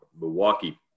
Milwaukee